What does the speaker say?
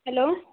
hello